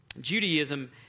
Judaism